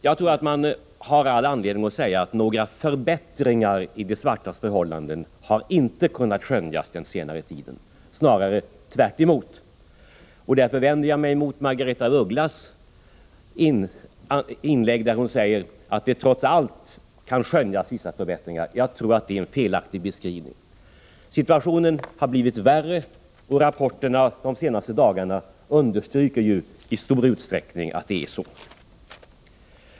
Jag tror att man har all anledning att säga att några förbättringar när det gäller de svartas förhållanden inte har kunnat skönjas på senare tid, snarare tvärtom. Därför vänder jag mig emot Margaretha af Ugglas inlägg, där hon säger att det trots allt kan skönjas vissa förbättringar. Jag tror att detta är en felaktig beskrivning. Situationen har blivit värre, och rapporterna under de senaste dagarna understryker i stor utsträckning att det förhåller sig på detta sätt.